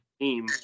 team